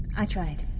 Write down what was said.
i tried.